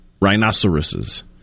rhinoceroses